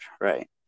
right